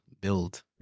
build